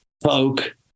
folk